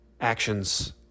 actions